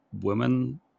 women